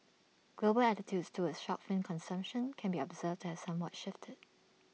global attitudes towards shark fin consumption can be observed to have somewhat shifted